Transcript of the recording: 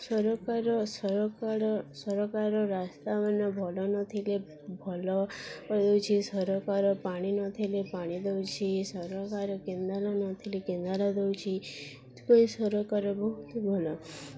ସରକାର ସରକାର ସରକାର ରାସ୍ତା ମାନ ଭଲ ନଥିଲେ ଭଲ କରି ଦେଉଛି ସରକାର ପାଣି ନଥିଲେ ପାଣି ଦେଉଛି ସରକାର କେନାଲ ନଥିଲେ କେନାଲ ଦେଉଛି ଏଥିପାଇଁ ସରକାର ବହୁତ ଭଲ